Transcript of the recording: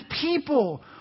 people